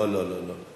לא, לא, לא, לא.